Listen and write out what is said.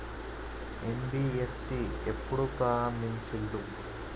NBFC ఎప్పుడు ప్రారంభించిల్లు?